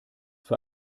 für